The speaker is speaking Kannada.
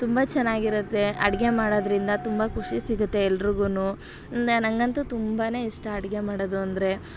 ತುಂಬ ಚೆನ್ನಾಗಿರುತ್ತೆ ಅಡುಗೆ ಮಾಡೋದರಿಂದ ತುಂಬ ಖುಷಿ ಸಿಗುತ್ತೆ ಎಲ್ರಿಗೂನು ನನಗಂತೂ ತುಂಬನೇ ಇಷ್ಟ ಅಡುಗೆ ಮಾಡೋದು ಅಂದರೆ